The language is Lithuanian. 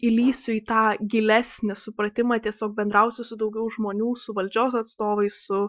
įlįsiu į tą gilesnį supratimą tiesiog bendrausiu su daugiau žmonių su valdžios atstovais su